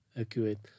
accurate